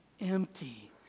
empty